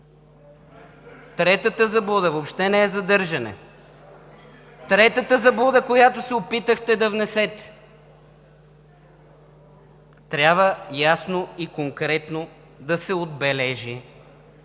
Третата заблуда въобще не е задържане, третата заблуда, която се опитахте да внесете. Трябва ясно и конкретно да се отбележи,